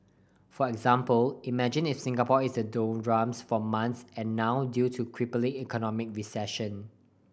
for example imagine if Singapore is a doldrums for months and now due to crippling economic recession